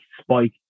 spike